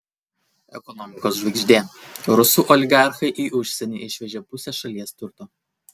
ekonomikos žvaigždė rusų oligarchai į užsienį išvežė pusę šalies turto